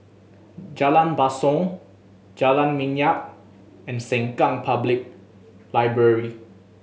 Jalan Basong Jalan Minyak and Sengkang Public Library